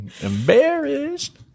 Embarrassed